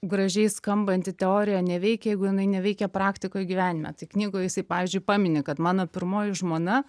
gražiai skambanti teorija neveikia jeigu jinai neveikia praktikoj gyvenime tai knygoj jisai pavyzdžiui pamini kad mano pirmoji žmona